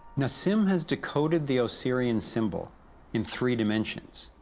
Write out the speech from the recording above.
nassim has decoded the osirian symbol in three dimensions.